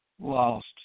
lost